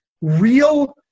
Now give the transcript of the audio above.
real